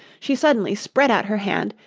she suddenly spread out her hand,